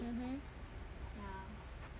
mmhmm